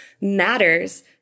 matters